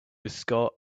scott